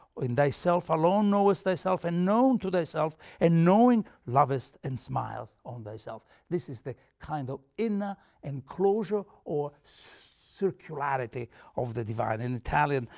in thyself alone and knowest thyself, and, known to thyself, and knowing lovest and smiles on thyself. this is the kind of inner and closure or circularity of the divine. in italian,